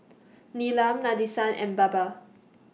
Neelam Nadesan and Baba